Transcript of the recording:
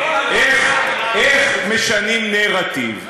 איך משנים נרטיב?